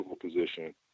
position